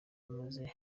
maze